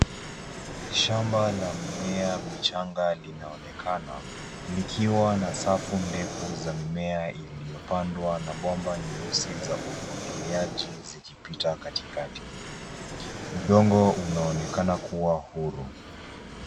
Shamba la mimea michanga linaonekana, likiwa na safu ndefu za mimea iliyopandwa na bomba nyeusi za umwagiliaji zikipita katikati. Udongo unaonekana kuwa huru.